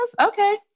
Okay